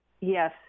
Yes